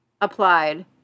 applied